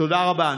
תודה רבה.